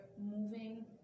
moving